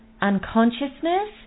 Unconsciousness